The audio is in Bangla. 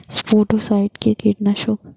স্পোডোসাইট কি কীটনাশক?